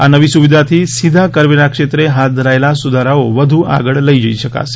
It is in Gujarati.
આ નવી સુવિધાથી સીધા કરવેરા ક્ષેત્રે હાથ ધરાયેલા સુધારાઓ વધુ આગળ લઈ જઈ શકાશે